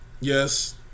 Yes